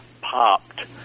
popped